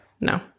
No